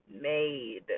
made